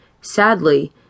Sadly